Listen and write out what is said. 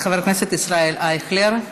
חבר הכנסת ישראל אייכלר.